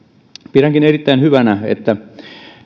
pidänkin erittäin hyvänä että